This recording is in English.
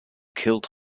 killed